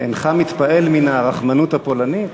אינך מתפעל מן הרחמנות הפולנית?